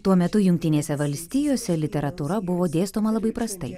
tuo metu jungtinėse valstijose literatūra buvo dėstoma labai prastai